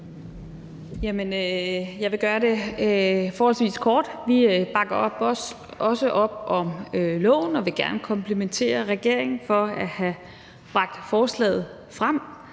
Jeg vil gøre det forholdsvis kort. Vi bakker også op om lovforslaget og vil gerne komplimentere regeringen for at have fremsat forslaget.